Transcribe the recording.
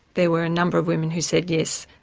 there were a number of women who said yes,